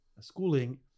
schooling